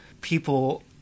people